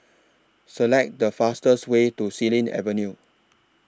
Select The fastest Way to Xilin Avenue